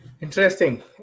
Interesting